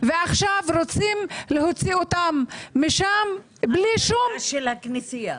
ועכשיו רוצים להוציא אותם משם בלי שום --- על קרקע של הכנסייה.